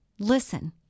Listen